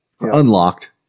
unlocked